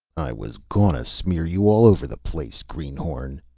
i was gonna smear you all over the place, greenhorn,